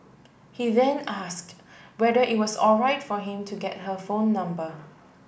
he then asked whether it was alright for him to get her phone number